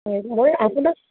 হয় মই আপোনাক